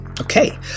Okay